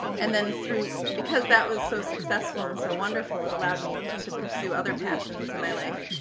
and then through, because that was so successful and so wonderful, it allowed me to pursue other passions in my life.